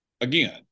Again